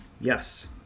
yes